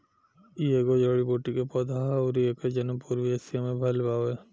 इ एगो जड़ी बूटी के पौधा हा अउरी एकर जनम पूर्वी एशिया में भयल बावे